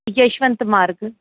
यशवंत मार्ग